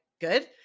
Good